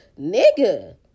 nigga